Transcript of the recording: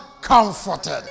Comforted